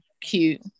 cute